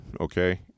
okay